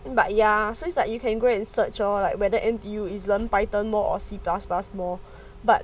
but ya so it's like you can go and search lor like whether N_T_U is python more or situs more but